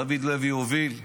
דוד לוי הוביל.